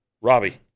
Robbie